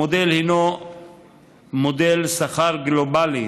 המודל הינו מודל שכר גלובלי,